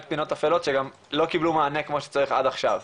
פינות אפלות שגם לא קיבלו מענה כמו שצריך עד עכשיו.